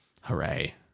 Hooray